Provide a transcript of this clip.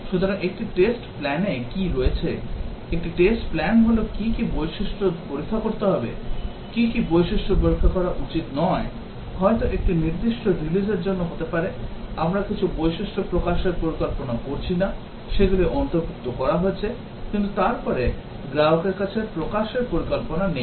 সুতরাং একটি test plan এ কী রয়েছে একটি test plan হল কী কী বৈশিষ্ট্য পরীক্ষা করতে হবে কী কী বৈশিষ্ট্য পরীক্ষা করা উচিত নয় হয়তো একটি নির্দিষ্ট release র জন্য হতে পারে আমরা কিছু বৈশিষ্ট্য প্রকাশের পরিকল্পনা করছি না সেগুলি অন্তর্ভুক্ত করা হয়েছে কিন্তু তারপরে গ্রাহকের কাছে প্রকাশের পরিকল্পনা নেই